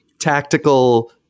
tactical